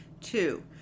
two